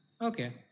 Okay